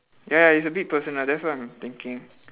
ya ya it's a bit personal that's why I'm thinking